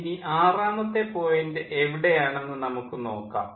ഇനി ആറാമത്തെ പോയിൻ്റ് എവിടെ ആണെന്ന് നമുക്ക് നോക്കാം